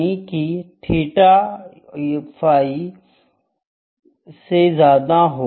यानी कि theta phi से ज्यादा है